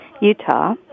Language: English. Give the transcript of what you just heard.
Utah